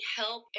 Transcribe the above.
help